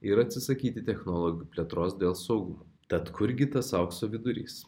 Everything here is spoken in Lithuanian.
ir atsisakyti technologijų plėtros dėl saugumo tad kurgi tas aukso vidurys